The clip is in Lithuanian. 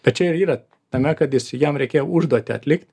bet čia ir yra tame kad jis jam reikėjo užduotį atlikt